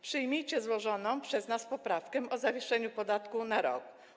Przyjmijcie złożoną przez nas poprawkę o zawieszeniu podatku na rok.